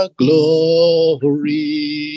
glory